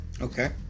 Okay